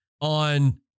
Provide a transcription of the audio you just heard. on